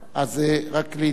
אז רק לידיעתך.